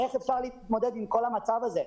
איך אפשר להתמודד עם כל המצב הזה?